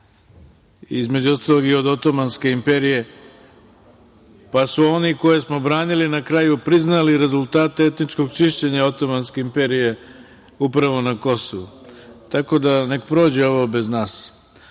između ostalog, i od Otomanske imperije, pa su oni koje smo branili na kraju priznali rezultate etničkog čišćenja Otomanske imperije upravo na Kosovu. Tako da, neka prođe ovo bez nas. Što